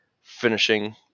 finishing